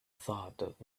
thought